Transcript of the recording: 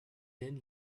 then